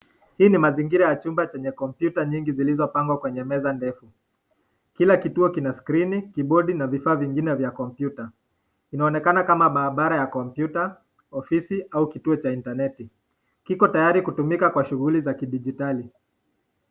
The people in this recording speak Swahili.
Hii ni mazingira ya chumba chenye kompyuta zilizopangwa kwenye meza ndefu , ila kituo kina skrini kibondi, inaonekana kama maabara ya kompyuta ofisi au kituo Cha intaneti iko karibu kutumika katika shughuli za kidigitali.